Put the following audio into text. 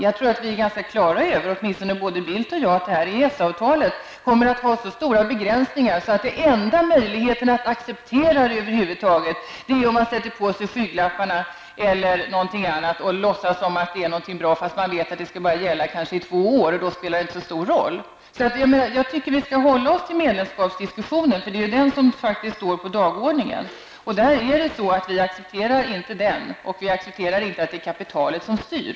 Jag tror att vi är ganska klara över, åtminstone Carl Bildt och jag, att EES-avtalet kommer att ha så stora begränsningar att den enda möjligheten att acceptera avtalet över huvud taget är att man sätter på sig skygglapparna eller liknande och låtsas som att det är någonting bra, fastän det kommer att gälla i kanske bara två år och då inte spelar så stor roll. Jag tycker att vi skall hålla oss till medlemskapsdiskussionen, för det är faktiskt den som står på dagordningen. Medlemskap accepterar vi inte. Vi accepterar inte att det är kapitalet som styr.